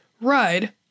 Ride